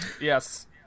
Yes